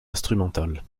instrumentale